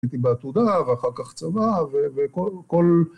הייתי בעתודה ואחר כך צבא, וכל כל